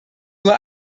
nur